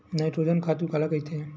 Nitrogen खातु काला कहिथे?